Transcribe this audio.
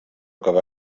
acabà